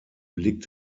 blick